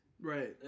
Right